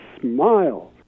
smile